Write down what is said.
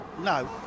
No